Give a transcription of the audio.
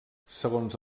segons